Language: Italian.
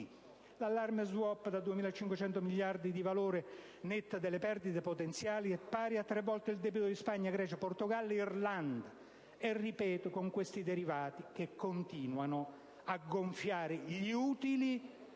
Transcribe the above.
L'allarme *swap* da 2.500 miliardi di valore netto delle perdite potenziali è pari a tre volte il debito di Spagna, Grecia, Portogallo e Irlanda: è con questi derivati - ripeto - che continuano a gonfiare gli utili